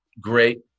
great